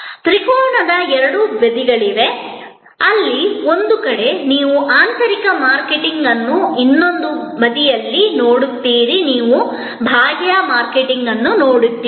ತ್ರಿಕೋನದ ಎರಡು ಬದಿಗಳಿವೆ ಅಲ್ಲಿ ಒಂದು ಕಡೆ ನೀವು ಆಂತರಿಕ ಮಾರ್ಕೆಟಿಂಗ್ ಅನ್ನು ಇನ್ನೊಂದು ಬದಿಯಲ್ಲಿ ನೀವು ಬಾಹ್ಯ ಮಾರ್ಕೆಟಿಂಗ್ ಅನ್ನು ನೋಡುತ್ತೀರಿ